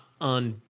on